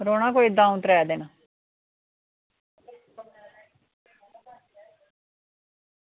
रौह्ना कोई द'ऊं त्रै दिन